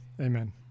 Amen